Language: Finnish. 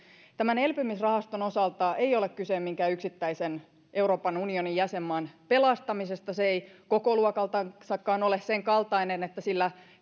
tämän elpymisrahaston osalta ei ole kyse minkään yksittäisen euroopan unionin jäsenmaan pelastamisesta se ei kokoluokaltaankaan ole sen kaltainen että sillä